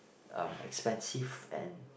um expensive and